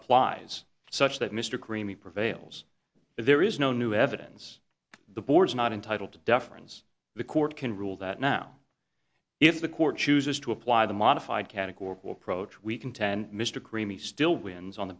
applies such that mr creaming prevails if there is no new evidence the board's not entitled to deference the court can rule that now if the court chooses to apply the modified categorical approach we contend mr crimi still wins on